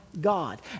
God